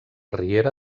riera